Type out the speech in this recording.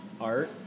art